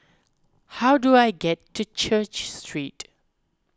how do I get to Church Street